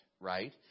right